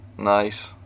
Nice